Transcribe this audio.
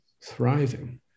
thriving